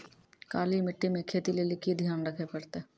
काली मिट्टी मे खेती लेली की ध्यान रखे परतै?